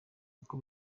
uko